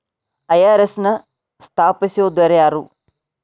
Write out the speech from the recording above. IRS ನ ಸ್ಥಾಪಿಸಿದೊರ್ಯಾರು?